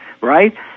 right